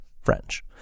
French